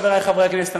חברי חברי הכנסת,